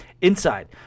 Inside